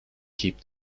keep